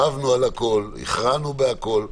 רבנו על הכול, הכרענו בכול.